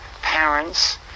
parents